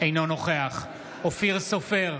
אינו נוכח אופיר סופר,